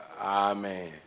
Amen